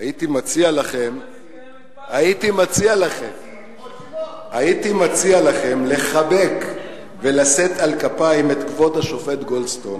הייתי מציע לכם לחבק ולשאת על כפיים את כבוד השופט גולדסטון,